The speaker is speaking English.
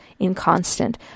inconstant